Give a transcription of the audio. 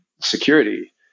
security